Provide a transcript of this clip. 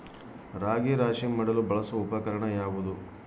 ರಾಗಿ ರಾಶಿ ಮಾಡಲು ಬಳಸುವ ಉಪಕರಣ ಯಾವುದು?